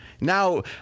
Now